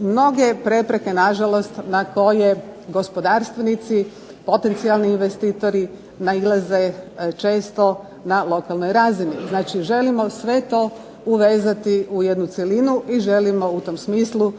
mnoge prepreke nažalost na koje gospodarstvenici, potencijalni investitori nailaze često na lokalnoj razini. Znači želimo sve to uvezati u jednu cjelinu i želimo u tom smislu